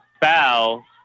Foul